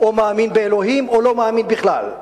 או מאמין באלוהים או לא מאמין בכלל.